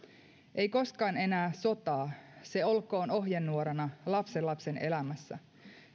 ei koskaan enää sotaa se olkoon ohjenuorana lapsenlapsen elämässä